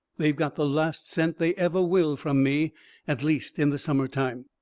they've got the last cent they ever will from me at least in the summer time.